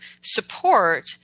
support